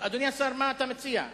אדוני השר, מה אתה מציע?